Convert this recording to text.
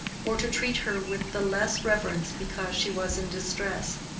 or to treat her with the less reverence because she was in distress.